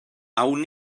awn